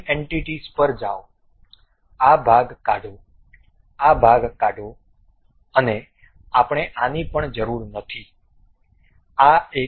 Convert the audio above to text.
trim entities પર જાઓ આ ભાગ કાઢો આ ભાગ કાઢો અને આપણે આની પણ જરૂર નથી આ એક